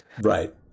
right